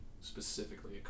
specifically